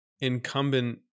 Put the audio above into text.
incumbent